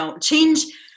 change